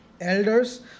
elders